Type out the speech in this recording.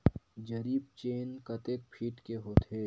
जरीब चेन कतेक फीट के होथे?